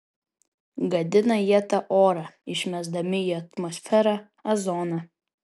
gadina jie tą orą išmesdami į atmosferą ozoną